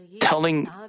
telling